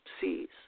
seas